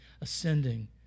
ascending